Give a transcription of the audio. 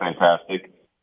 fantastic